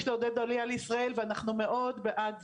לעודד עלייה לישראל ואנחנו מאוד בעד זה,